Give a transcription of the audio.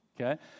okay